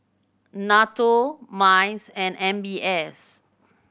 NATO MICE and M B S